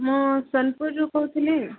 ମୁଁ ସୋନପୁରରୁ କହୁଥିଲି